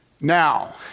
Now